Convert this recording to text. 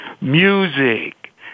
music